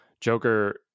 Joker